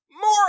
more